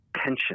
tension